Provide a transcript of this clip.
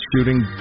shooting